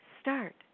Start